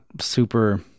super